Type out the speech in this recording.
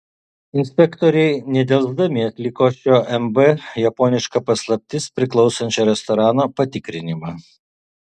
inspektoriai nedelsdami atliko šio mb japoniška paslaptis priklausančio restorano patikrinimą